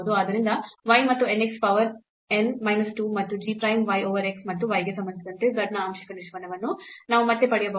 ಆದ್ದರಿಂದ y ಮತ್ತು n x power n minus 2 ಮತ್ತು g prime y over x ಮತ್ತು y ಗೆ ಸಂಬಂಧಿಸಿದಂತೆ z ನ ಆಂಶಿಕ ನಿಷ್ಪನ್ನವನ್ನು ನಾವು ಮತ್ತೆ ಪಡೆಯಬಹುದು